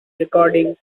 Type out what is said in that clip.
recording